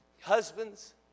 Husbands